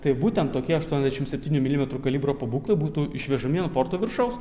tai būtent tokie aštuoniasdešim septynių milimetrų kalibro pabūklai būtų išvežami ant forto viršaus